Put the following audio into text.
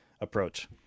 approach